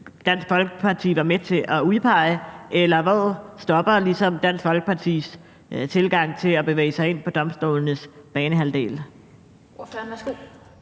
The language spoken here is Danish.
ligesom Dansk Folkepartis tilgang til at bevæge sig ind på domstolenes banehalvdel?